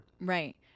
Right